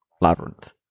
labyrinth